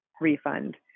refund